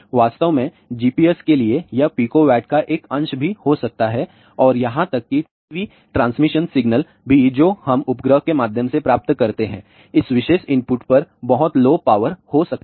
वास्तव में GPS के लिए यह पिको वाट का एक अंश भी हो सकता है और यहां तक कि टीवी ट्रांसमिशन सिग्नल भी जो हम उपग्रह के माध्यम से प्राप्त करते हैं इस विशेष इनपुट पर बहुत लो पावर हो सकती है